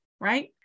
right